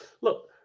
Look